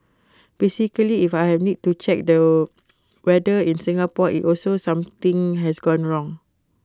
basically if I need to check the weather in Singapore IT also something has gone wrong